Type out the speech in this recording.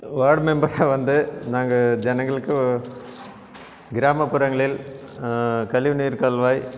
ward மெம்பராக வந்து நாங்கள் ஜனங்களுக்கு கிராமப்புறங்களில் கழிவுநீர் கால்வாய்